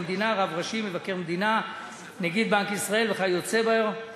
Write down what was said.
(שיעור המס על מלכ"רים ומוסדות כספיים)